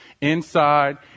inside